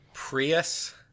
Prius